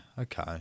Okay